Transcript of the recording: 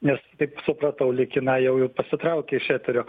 nes taip supratau lyg jinai jau pasitraukė iš eterio